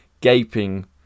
gaping